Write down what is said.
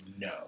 No